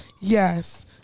Yes